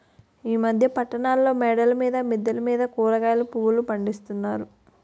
ఈ మధ్య పట్టణాల్లో మేడల మీద మిద్దెల మీద కూరగాయలు పువ్వులు పండిస్తున్నారు